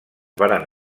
varen